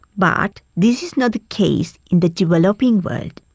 but this is not the case in the developing world.